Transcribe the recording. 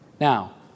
Now